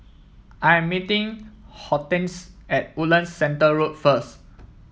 I am meeting Hortense at Woodlands Centre Road first